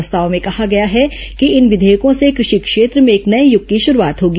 प्रस्ताव में कहा गया है कि इन विधेयकों से कषि क्षेत्र में एक नये यग की शरूआत होगी